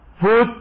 food